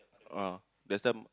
ah that's time